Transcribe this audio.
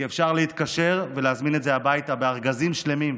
כי אפשר להתקשר ולהזמין את זה הביתה בארגזים שלמים,